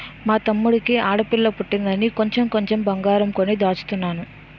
మా తమ్ముడికి ఆడపిల్ల పుట్టిందని కొంచెం కొంచెం బంగారం కొని దాచుతున్నాడు